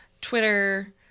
Twitter